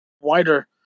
wider